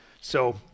So-